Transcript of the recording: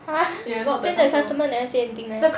!huh! then the customer never say anything meh